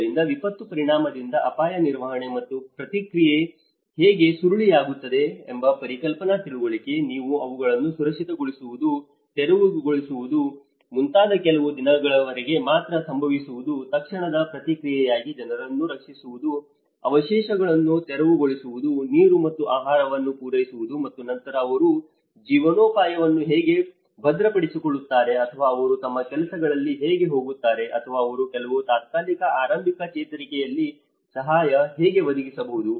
ಆದ್ದರಿಂದ ವಿಪತ್ತು ಪರಿಣಾಮದಿಂದ ಅಪಾಯ ನಿರ್ವಹಣೆ ಮತ್ತು ಪ್ರತಿಕ್ರಿಯೆ ಹೇಗೆ ಸುರುಳಿಯಾಗುತ್ತದೆ ಎಂಬ ಪರಿಕಲ್ಪನಾ ತಿಳುವಳಿಕೆ ನೀವು ಅವುಗಳನ್ನು ಸುರಕ್ಷಿತಗೊಳಿಸುವುದು ತೆರವುಗೊಳಿಸುವುದು ಮುಂತಾದ ಕೆಲವು ದಿನಗಳವರೆಗೆ ಮಾತ್ರ ಸಂಭವಿವುದು ತಕ್ಷಣದ ಪ್ರತಿಕ್ರಿಯೆಯಾಗಿ ಜನರನ್ನು ರಕ್ಷಿಸುವುದು ಅವಶೇಷಗಳನ್ನು ತೆರವುಗೊಳಿಸುವುದು ನೀರು ಮತ್ತು ಆಹಾರವನ್ನು ಪೂರೈಸುವುದು ಮತ್ತು ನಂತರ ಅವರು ಜೀವನೋಪಾಯವನ್ನು ಹೇಗೆ ಭದ್ರಪಡಿಸಿಕೊಳ್ಳುತ್ತಾರೆ ಅಥವಾ ಅವರು ತಮ್ಮ ಕೆಲಸಗಳಿಗೆ ಹೇಗೆ ಹೋಗುತ್ತಾರೆ ಅಥವಾ ಅವರು ಕೆಲವು ತಾತ್ಕಾಲಿಕ ಆರಂಭಿಕ ಚೇತರಿಕೆಯಲ್ಲಿ ಸಹಾಯ ಹೇಗೆ ಒದಗಿಸಬಹುದು